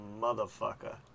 motherfucker